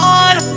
on